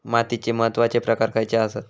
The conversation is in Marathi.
मातीचे महत्वाचे प्रकार खयचे आसत?